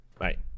Right